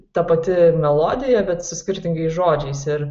ta pati melodija bet su skirtingais žodžiais ir